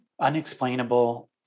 unexplainable